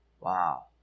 Wow